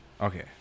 Okay